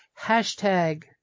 hashtag